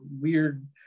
weird